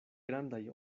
grandaj